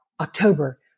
October